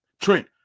Trent